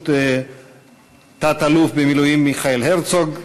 בראשות תת-אלוף במילואים מיכאל הרצוג,